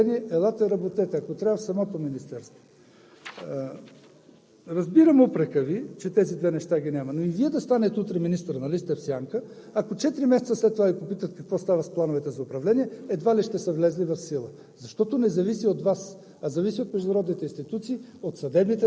всички тези планове. Даже им казах: „Парите са осигурени. Елате, работете, ако трябва в самото министерство.“ Разбирам упрека Ви, че тези две неща ги няма, но и Вие да станете утре министър в сянка, ако четири месеца след това Ви попитат какво става с плановете за управление, едва ли ще са влезли в сила.